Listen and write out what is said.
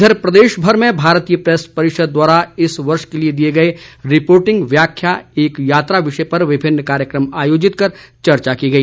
इधर प्रदेशभर में भारतीय प्रैस परिषद द्वारा इस वर्ष के लिए दिए गए रिर्पोटिंग व्यारव्या एक यात्रा विषय पर विभिन्न कार्यक्रम आयोजित कर चर्चा की गई